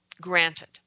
granted